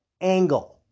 angle